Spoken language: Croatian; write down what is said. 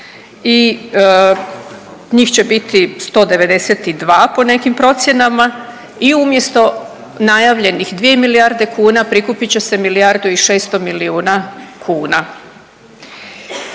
Njih će biti 192 po nekim procjenama. I umjesto najavljenih 2 milijarde kuna prikupit će se milijardu i 600 milijuna kuna.